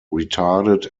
retarded